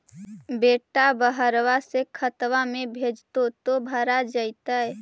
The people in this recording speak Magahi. बेटा बहरबा से खतबा में भेजते तो भरा जैतय?